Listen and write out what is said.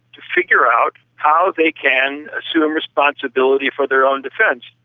to figure out how they can assume responsibility for their own defence.